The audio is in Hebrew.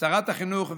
ושרת החינוך,